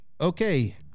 okay